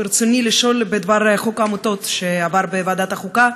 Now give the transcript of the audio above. ברצוני לשאול בדבר חוק העמותות שעבר בוועדת החוקה.